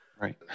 Right